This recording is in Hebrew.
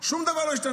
שום דבר לא השתנה.